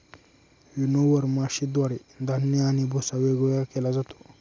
winnower मशीनद्वारे धान्य आणि भुस्सा वेगवेगळा केला जातो